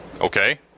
Okay